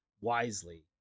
wisely